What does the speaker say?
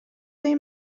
این